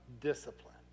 discipline